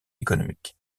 économique